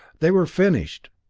they were finished!